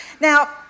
Now